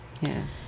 Yes